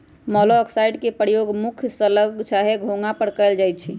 मोलॉक्साइड्स के प्रयोग मुख्य स्लग चाहे घोंघा पर कएल जाइ छइ